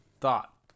thought